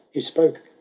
he spoke,